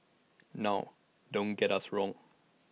now don't get us wrong